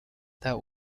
that